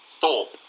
Thorpe